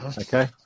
Okay